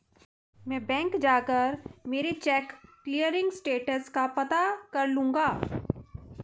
मैं बैंक जाकर मेरा चेक क्लियरिंग स्टेटस का पता कर लूँगा